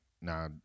now